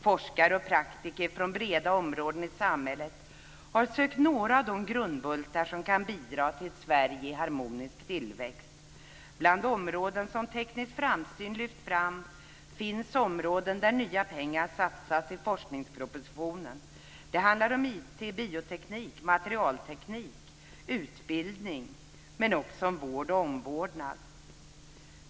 Forskare och praktiker från breda områden i samhället har sökt några av de grundbultar som kan bidra till ett Sverige i harmonisk tillväxt. Bland de områdens om Teknisk Framsyn särskilt har lyft fram finns områden där nya pengar satsas i forskningspropositionen. Det handlar om IT, bioteknik, materialteknik, utbildning, men också om vård och omvårdnad.